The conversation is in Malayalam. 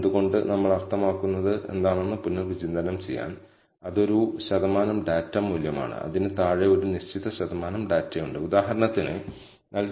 ചുവന്ന പോയിന്റുകൾ യഥാർത്ഥത്തിൽ ഡാറ്റയെ പ്രതിനിധീകരിക്കുന്നു ഏറ്റവും മികച്ചത് ലീനിയർ ടി ലീസ്റ്റ് സ്ക്വയർ മെത്തേഡ് ഉപയോഗിച്ച് എല്ലാ ഡാറ്റാ പോയിന്റുകളും ഉപയോഗിച്ച് നീല വരയാൽ സൂചിപ്പിച്ച എന്തെങ്കിലും നമ്മൾക്ക് ലഭിച്ചു